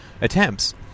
attempts